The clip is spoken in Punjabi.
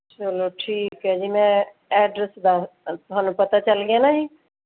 ਚਲੋ ਠੀਕ ਹੈ ਜੀ ਮੈਂ ਐਡਰੈਸ ਦਾ ਤੁਹਾਨੂੰ ਪਤਾ ਚੱਲ ਗਿਆ ਨਾ ਜੀ